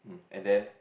and then